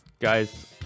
guys